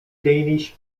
danish